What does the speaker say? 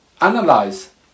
analyze